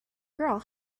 girl